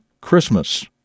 Christmas